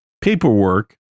paperwork